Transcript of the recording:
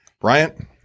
Bryant